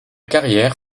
carrière